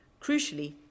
Crucially